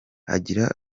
agira